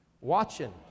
watching